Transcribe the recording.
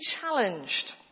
challenged